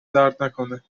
دردنکنه